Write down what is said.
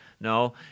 No